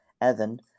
Evan